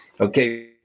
Okay